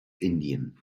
indien